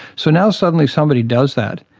so now suddenly somebody does that,